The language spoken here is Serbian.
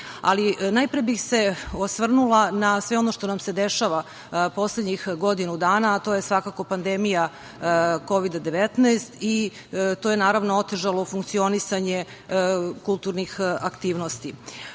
najpre bih se osvrnula na sve ono što nam se dešava poslednjih godinu dana, a to je svakako pandemija Kovida – 19 i to je, naravno, otežalo funkcionisanje kulturnih aktivnosti.